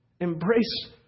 embrace